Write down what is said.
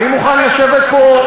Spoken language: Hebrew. אני מוכן לשבת פה,